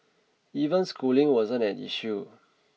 even schooling wasn't an issue